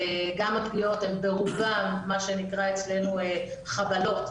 וגם הפגיעות הן ברובן מה שנקרא אצלנו חבלות,